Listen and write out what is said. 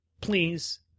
please